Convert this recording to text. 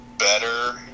Better